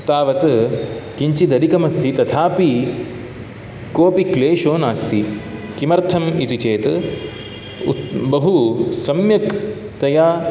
तावत् किञ्चित् अधिकमस्ति तथापि कोपि क्लेशो नास्ति किमर्थम् इति चेत् उत् बहु सम्यक् तया